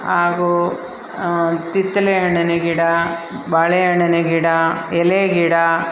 ಆಗೂ ಕಿತ್ತಲೆ ಹಣ್ಣಿನ ಗಿಡ ಬಾಳೆ ಹಣ್ಣಿನ ಗಿಡ ಎಲೆ ಗಿಡ